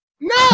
No